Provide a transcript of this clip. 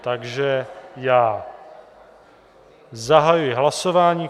Takže já zahajuji hlasování.